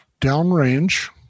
downrange